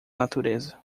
natureza